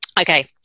Okay